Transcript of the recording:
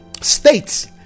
states